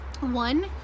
One